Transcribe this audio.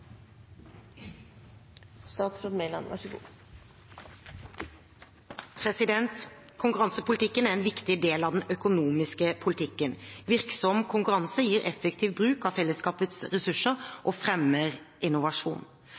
en viktig del av den økonomiske politikken. Virksom konkurranse gir effektiv bruk av fellesskapets ressurser og fremmer innovasjon.